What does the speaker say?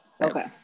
okay